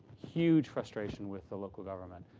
huge frustration with the local government.